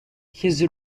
his